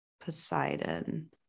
Poseidon